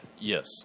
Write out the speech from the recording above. Yes